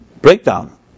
breakdown